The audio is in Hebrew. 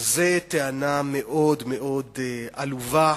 זאת טענה מאוד עלובה.